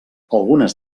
algunes